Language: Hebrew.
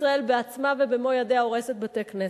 ישראל בעצמה ובמו-ידיה הורסת בתי-כנסת?